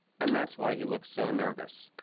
and that's why he looks so nervous.